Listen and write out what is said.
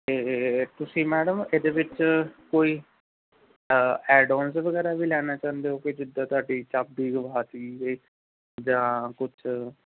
ਇਹ ਤੁਸੀਂ ਮੈਡਮ ਇਹਦੇ ਵਿੱਚ ਕੋਈ ਅ ਐਡ ਔਨਸ ਵਗੈਰਾ ਵੀ ਲੈਣਾ ਚਾਹੁੰਦੇ ਹੋ ਕਿ ਜਿੱਦਾਂ ਤੁਹਾਡੀ ਚਾਬੀ ਗੁਆਚ ਗਈ ਜਾਂ ਕੁਛ